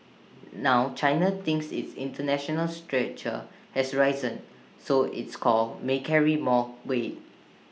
now China thinks its International stature has risen so its calls may carry more weight